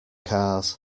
cars